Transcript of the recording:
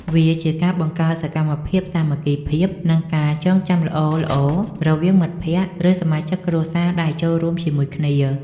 វាជាការបង្កើតសកម្មភាពសាមគ្គីភាព និងការចងចាំល្អៗរវាងមិត្តភក្តិ ឬសមាជិកគ្រួសារដែលចូលរួមជាមួយគ្នា។